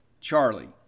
Charlie